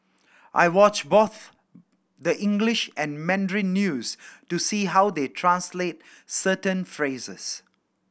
I watch both the English and Mandarin news to see how they translate certain phrases